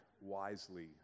wisely